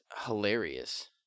hilarious